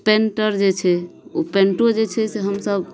painter जे छै ओ पेंटो जे छै से हमसब